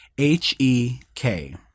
H-E-K